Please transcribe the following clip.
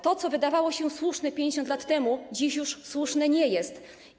To, co wydawało się słuszne 50 lat temu, dziś już słuszne nie jest.